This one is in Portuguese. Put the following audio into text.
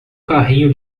carrinho